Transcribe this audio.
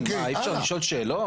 אי אפשר לשאול שאלות?